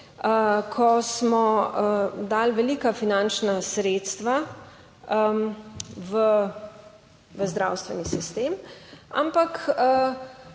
ko smo dali velika finančna sredstva v zdravstveni sistem, ampak